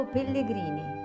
Pellegrini